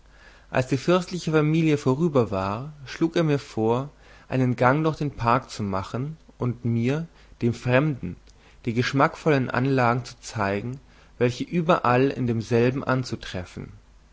als die fürstliche familie vorüber war schlug er mir vor einen gang durch den park zu machen und mir dem fremden die geschmackvollen anlagen zu zeigen welche überall in demselben anzutreffen